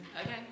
Okay